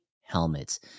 Helmets